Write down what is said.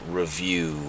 review